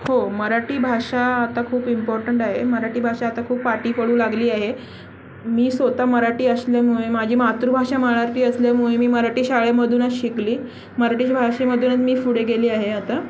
हो मराटी भाषा आता खूप इम्पॉर्टंट आहे मराठी भाषा आता खूप पाठी पडू लागली आहे मी स्वतः मराठी असल्यामुळे माझी मातृभाषा मराठी असल्यामुळे मी मराठी शाळेमधूनच शिकली मराठी भाषेमधूनच मी पुढे गेली आहे आता